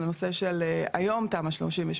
על הנושא של היום תמ"א 38,